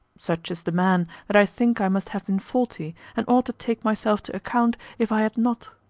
such is the man, that i think i must have been faulty, and ought to take myself to account, if i had not.